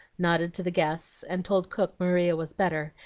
nodded to the guests, and told cook maria was better,